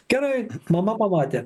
gerai mama pamatė